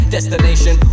Destination